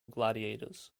gladiators